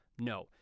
no